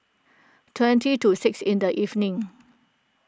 twenty to six in the evening